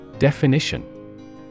Definition